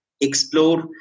explore